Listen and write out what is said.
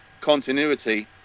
continuity